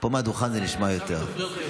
סליחה.